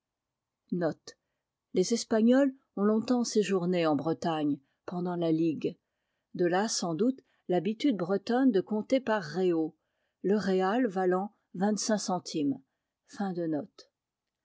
les espagnols ont longtemps séjourné en bretagne pendant la ligue de là sans doute l'habitude bretonne de compter par réaux le réal valaut vingt-cinq centimes